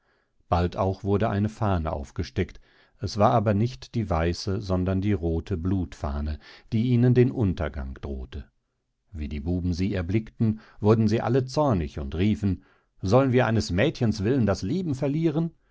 bald auch wurde eine fahne aufgesteckt es war aber nicht die weiße sondern die rothe blutfahne die ihnen den untergang drohte wie die buben sie erblickten wurden sie alle zornig und riefen sollen wir eines mädchens willen das leben verlieren